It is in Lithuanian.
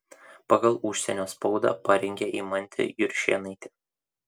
pagal užsienio spaudą parengė eimantė juršėnaitė